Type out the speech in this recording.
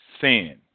sin